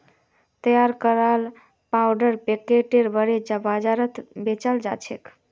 तैयार कराल पाउडर पैकेटत करे बाजारत बेचाल जाछेक